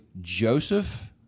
Joseph